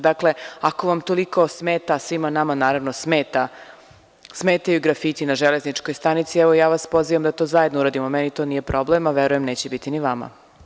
Dakle, ako vam toliko smeta, svima nama naravno smeta, smetaju grafiti na železničkoj stanici, evo, ja vas pozivam da to zajedno uradimo, meni to nije problem, a verujem neće biti ni vama.